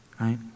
right